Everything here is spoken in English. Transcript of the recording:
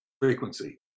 frequency